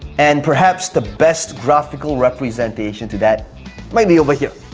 and perhaps the best graphical representation to that might be over here.